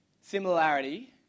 similarity